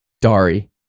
Dari